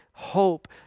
Hope